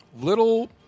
Little